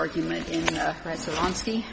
argument on ski